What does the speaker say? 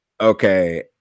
Okay